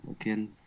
again